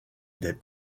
des